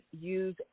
use